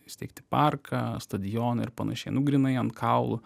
įsteigti parką stadioną ir panašiai nu grynai ant kaulų